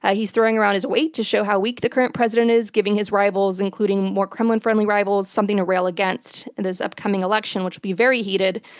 ah he's throwing around his weight to show how weak the current president is, giving his rivals, including more kremlin-friendly rivals, something to rail against in this upcoming election, which will be very heated.